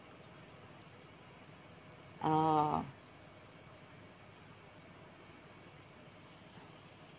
orh